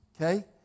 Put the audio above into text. okay